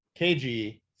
KG